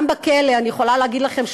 גם בכלא היום, אני יכולה להגיד לכם,